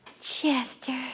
Chester